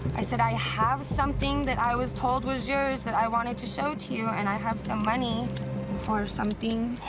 i said, i have something that i was told was yours that i wanted to show it to you. and i have some money for something.